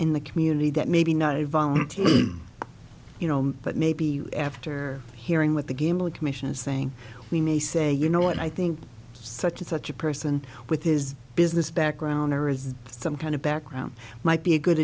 in the community that maybe not a volunteer you know but maybe after hearing with the game commission is saying we may say you know what i think such and such a person with his business background or is some kind of background might be a good